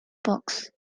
books